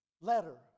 letter